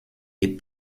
est